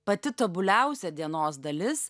pati tobuliausia dienos dalis